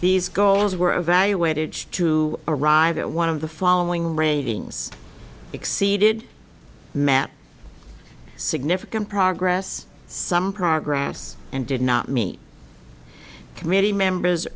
these goals were evaluated to arrive at one of the following ratings exceeded map significant progress some progress and did not meet the committee members